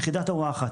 יחידת הוראה אחת,